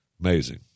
Amazing